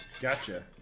Gotcha